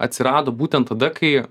atsirado būtent tada kai